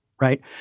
right